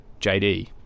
JD